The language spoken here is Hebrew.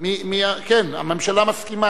מאחד הרמקולים מהצד,